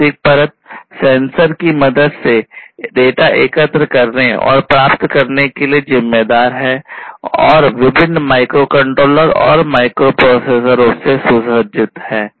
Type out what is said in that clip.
भौतिक परत सेंसर की मदद से डेटा एकत्र करने और प्राप्त करने के लिए जिम्मेदार है और विभिन्न माइक्रोकंट्रोलर तथा माइक्रोप्रोसेसरों से सुसज्जित है